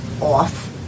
off